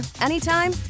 anytime